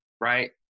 right